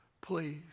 please